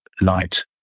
light